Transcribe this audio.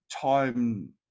time